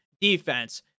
defense